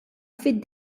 fid